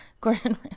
gordon